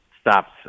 stops